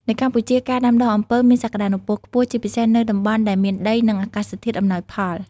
នៅកម្ពុជា ការដាំដុះអំពៅមានសក្តានុពលខ្ពស់ ជាពិសេសនៅតំបន់ដែលមានដី និងអាកាសធាតុអំណោយផល។